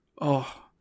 Oh